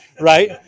right